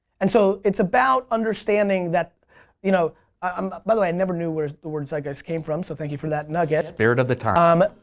and so it's about understanding. you know um by the way i never knew where the word zeitgeist came from so thank you for that nugget. spirit of the times.